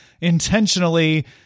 intentionally